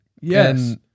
yes